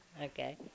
Okay